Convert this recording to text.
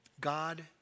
God